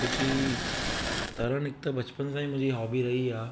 छोकी तरण हिक त बचपन सां ई मुंहिंजी हॉबी रही आहे